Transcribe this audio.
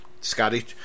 Scotty